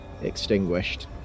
extinguished